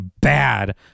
bad